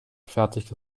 fertig